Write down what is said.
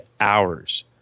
hours